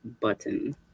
button